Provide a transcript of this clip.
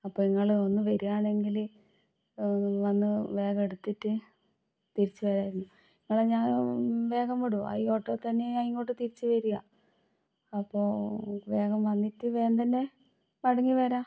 അപ്പോൾ നിങ്ങൾ ഒന്നു വരുകയാണെങ്കിൽ വന്നു വേഗം എടുത്തിട്ട് തിരിച്ചു വരാമായിരുന്നു നിങ്ങളെ ഞാൻ വേഗം വിടും ആ ഈ ഓട്ടോയിൽ തന്നെയാണ് ഞാൻ ഇങ്ങോട്ട് തിരിച്ചു വരിക അപ്പോൾ വേഗം വന്നിട്ട് വേഗം തന്നെ മടങ്ങി വരാം